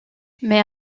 mais